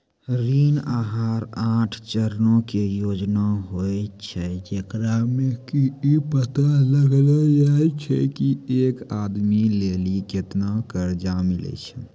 ऋण आहार आठ चरणो के योजना होय छै, जेकरा मे कि इ पता लगैलो जाय छै की एक आदमी लेली केतना कर्जा मिलै छै